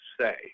say